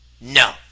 No